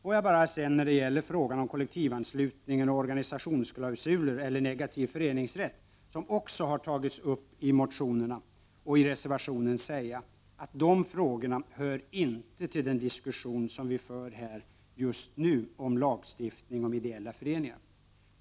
Får jag sedan när det gäller frågan om kollektivanslutningen och organisationsklausuler eller negativ föreningsrätt, som också har tagits upp i motionerna och reservationen, bara säga att dessa frågor inte hör till den diskussion som vi för här just nu om lagstiftning om ideella föreningar.